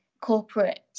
corporate